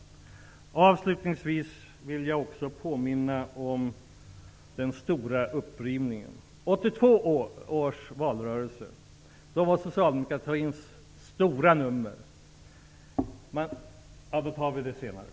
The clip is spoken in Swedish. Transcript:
Avslutningsvis vill jag också påminna om den stora upprivningen. I 1982 års valrörelse hade socialdemokratin ett stort nummer. Eftersom tiden är ute får vi ta det senare.